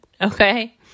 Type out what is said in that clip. okay